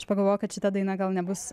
aš pagalvojau kad šita daina gal nebus